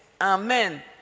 Amen